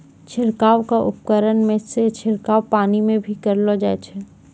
छिड़काव क उपकरण सें छिड़काव पानी म भी करलो जाय छै